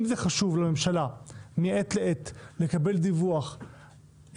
אם זה חשוב לממשלה מעת לעת לקבל דיווח קונקרטי,